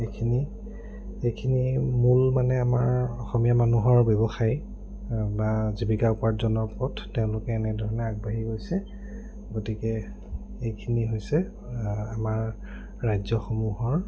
এইখিনি এইখিনি মূল মানে আমাৰ অসমীয়া মানুহৰ ব্যৱসায়ী বা জীৱিকা উপাৰ্জনৰ পথ তেওঁলোকে এনেধৰণে আগবাঢ়ি গৈছে গতিকে এইখিনি হৈছে আমাৰ ৰাজ্যসমূহৰ